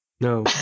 No